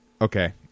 okay